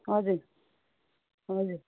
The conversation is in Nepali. हजुर हजुर